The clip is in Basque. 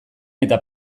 eta